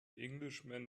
englishman